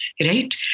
right